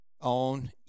on